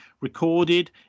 recorded